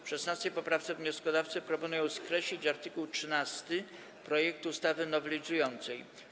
W 16. poprawce wnioskodawcy proponują skreślić art. 13 projektu ustawy nowelizującej.